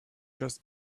just